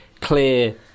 clear